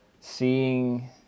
seeing